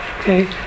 okay